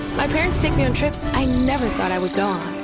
my parents take me on trips i never thought i would go on.